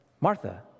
Martha